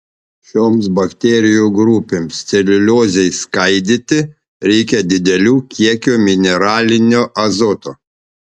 šioms bakterijų grupėms celiuliozei skaidyti reikia didelių kiekių mineralinio azoto